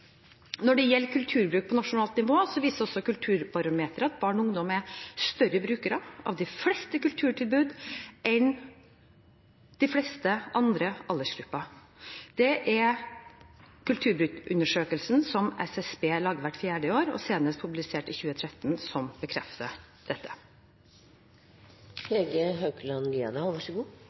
Når det gjelder kulturbruk på nasjonalt nivå, viser Kulturbarometeret at barn og ungdom er større brukere av de fleste kulturtilbud enn de fleste andre aldersgrupper. Det er kulturbruksundersøkelsen som SSB lager hvert fjerde år, senest publisert i 2013, som bekrefter